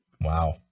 Wow